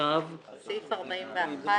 הסעיף הזה,